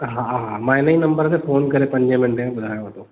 हा हा मां हिन ई नंबर ते फ़ोन करे पंजे मिंटे में ॿुधाया थो